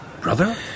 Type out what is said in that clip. Brother